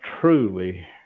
truly